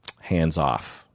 hands-off